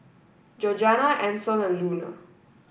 Georgeanna Ancel and Luna